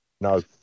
no